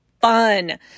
fun